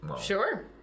Sure